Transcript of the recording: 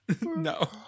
no